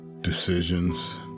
Decisions